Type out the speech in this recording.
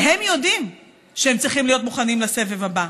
והם יודעים שהם צריכים להיות מוכנים לסבב הבא.